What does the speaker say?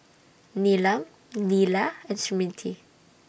Neelam Neila and Smriti